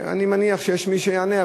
אני מניח שיש מי שיענה,